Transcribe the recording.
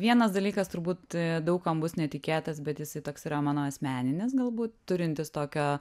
vienas dalykas turbūt daug kam bus netikėtas bet jisai toks yra mano asmeninis galbūt turintis tokio